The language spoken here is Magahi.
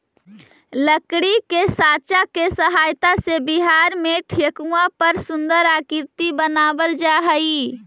लकड़ी के साँचा के सहायता से बिहार में ठेकुआ पर सुन्दर आकृति बनावल जा हइ